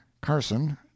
Carson